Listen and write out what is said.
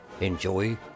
Enjoy